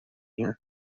here